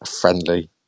friendly